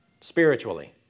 spiritually